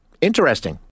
interesting